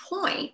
point